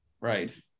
Right